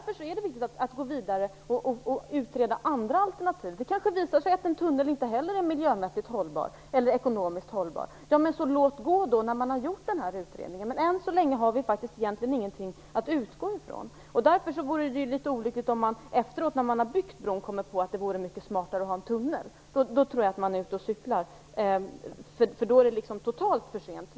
Det är därför viktigt att gå vidare och utreda andra alternativ. Det visar sig kanske att inte heller en tunnel är miljömässigt eller ekonomiskt hållbar. Låt gå för det när man har gjort den här utredningen, men vi har än så länge faktiskt egentligen ingenting att utgå ifrån. Det vore litet olyckligt om man efter att ha byggt bron kommer på att det vore mycket smartare att ha en tunnel. Då skulle man vara ute och cykla, eftersom det då är totalt för sent.